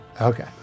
Okay